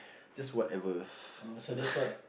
just whatever